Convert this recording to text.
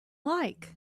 like